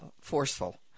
forceful